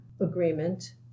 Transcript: agreement